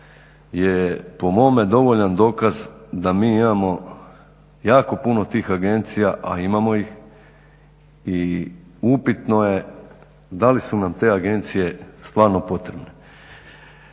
je po mome dovoljan dokaz da mi imamo jako puno tih agencija, a imamo ih i upitno je da li su nam te agencije stvarno potrebne.